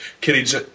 Kitty